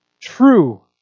true